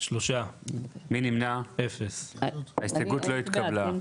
3 נמנעים, 0 ההסתייגות לא התקבלה.